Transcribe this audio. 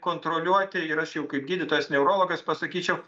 kontroliuoti ir aš jau kaip gydytojas neurologas pasakyčiau